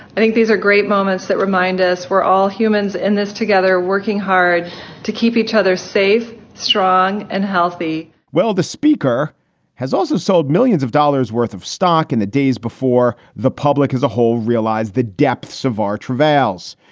i think these are great moments that remind us we're all humans in this together, working hard to keep each other safe, strong and healthy well, the speaker has also sold millions of dollars worth of stock in the days before the public as a whole realized the depths of our travails.